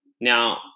Now